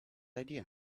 idea